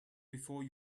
before